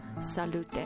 salute